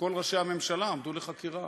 כל ראשי הממשלה עמדו לחקירה,